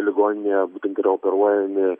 ligoninėje būtent yra operuojami